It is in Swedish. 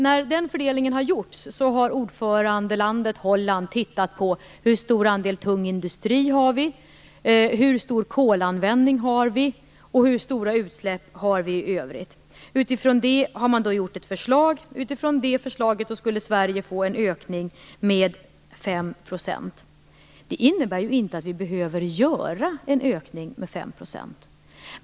När den fördelningen har gjorts har ordförandelandet Holland tittat på hur stor andel tung industri vi har, hur stor kolanvändning vi har och hur stora utsläpp i övrigt vi har. Utifrån det har man gjort ett förslag. Utifrån det förslaget skulle Sverige få en ökning med 5 %. Det innebär inte att vi behöver öka utsläppen med 5 %.